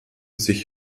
sich